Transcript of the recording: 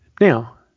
Now